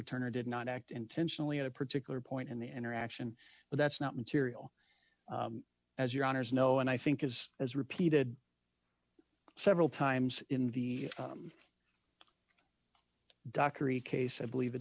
turner did not act intentionally at a particular point in the interaction but that's not material as your honour's know and i think is as repeated several times in the dockery case i believe it